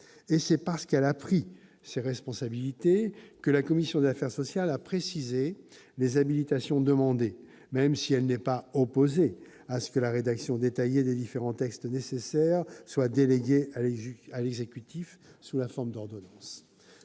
Et c'est parce qu'elle a pris ses responsabilités que la commission des affaires sociales a précisé les habilitations demandées, même si elle n'est pas opposée à ce que la rédaction détaillée des différents textes nécessaires soit déléguée à l'exécutif sous la forme d'ordonnances.